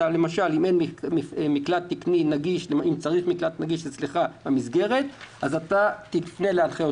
למשל אם אין מקלט תקני נגיש במסגרת אז אתה תפנה להנחיות